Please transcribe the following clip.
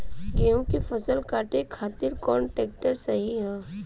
गेहूँ के फसल काटे खातिर कौन ट्रैक्टर सही ह?